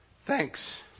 thanks